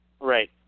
Right